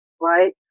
right